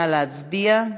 נא להצביע.